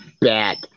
bad